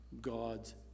God's